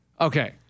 Okay